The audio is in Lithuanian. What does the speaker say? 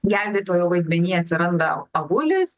gelbėtojo vaidmenyje atsiranda avulis